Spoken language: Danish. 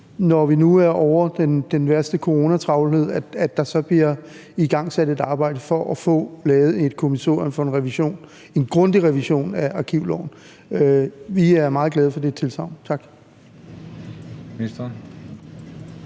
når vi nu er ovre den værste coronatravlhed, så bliver der igangsat et arbejde for at få lavet et kommissorium for en grundig revision af arkivloven. Vi er meget glade for det tilsagn, tak.